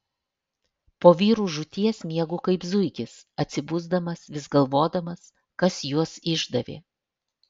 po vyrų žūties miegu kaip zuikis atsibusdamas vis galvodamas kas juos išdavė